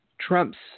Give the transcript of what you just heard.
Trump's